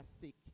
sick